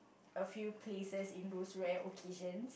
a few places in those rare occasion